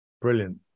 Brilliant